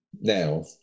now